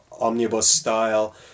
omnibus-style